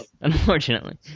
unfortunately